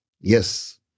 Yes